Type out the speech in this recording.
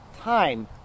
time